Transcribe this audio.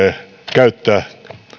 käyttää